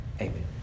amen